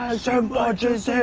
so bodges,